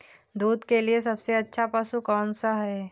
दूध के लिए सबसे अच्छा पशु कौनसा है?